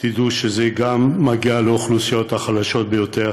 תדעו שזה גם מגיע לאוכלוסיות החלשות ביותר